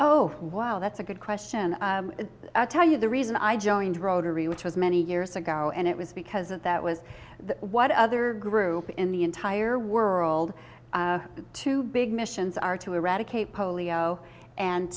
oh wow that's a good question and i tell you the reason i joined rotary which was many years ago and it was because of that was that what other group in the entire world the two big missions are to eradicate polio and